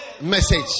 message